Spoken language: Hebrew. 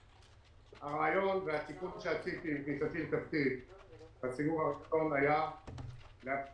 התיקון שעשיתי עם כניסתי לתפקידי בסיבוב הראשון היה לאפשר